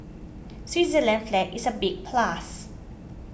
Switzerland's flag is a big plus